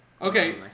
Okay